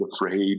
afraid